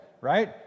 right